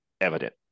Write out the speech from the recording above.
evident